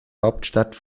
hauptstadt